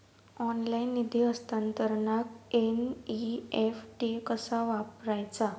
Online निधी हस्तांतरणाक NEFT कसा वापरायचा?